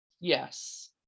Yes